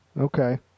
okay